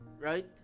right